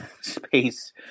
space